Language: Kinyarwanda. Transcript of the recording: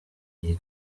iyi